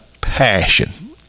passion